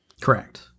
Correct